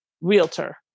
realtor